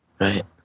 right